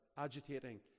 Agitating